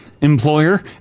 employer